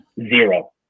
Zero